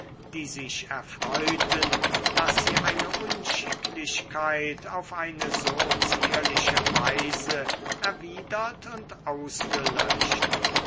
die sich erfreuten daß sie eine unschicklichkeit auf eine so zierliche weise erwidert und ausgelöscht